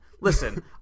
listen